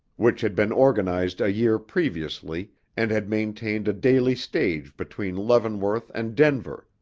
which had been organized a year previously and had maintained a daily stage between leavenworth and denver,